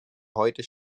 heute